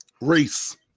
race